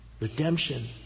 Redemption